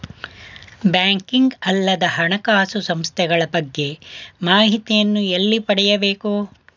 Banking ಅಲ್ಲದ ಹಣಕಾಸು ಸಂಸ್ಥೆಗಳ ಬಗ್ಗೆ ಮಾಹಿತಿಯನ್ನು ಎಲ್ಲಿ ಪಡೆಯಬೇಕು?